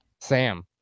Sam